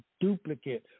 duplicate